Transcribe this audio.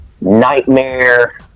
Nightmare